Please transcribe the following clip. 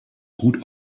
gut